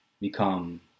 become